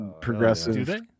progressive